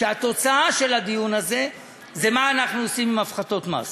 כשהתוצאה של הדיון הזה זה מה אנחנו עושים עם הפחתות מס.